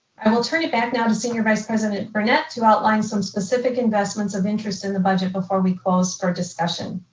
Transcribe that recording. i will turn it back now to senior vice president burnett to outline some specific investments of interest in the budget before we close for discussion.